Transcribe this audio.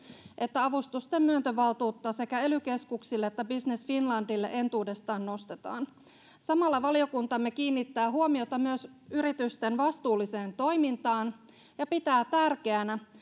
että avustusten myöntövaltuutta sekä ely keskuksille että business finlandille entuudestaan nostetaan samalla valiokuntamme kiinnittää huomiota myös yritysten vastuulliseen toimintaan ja pitää tärkeänä